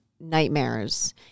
nightmares